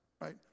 Right